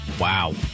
Wow